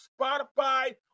Spotify